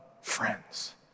friends